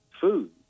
food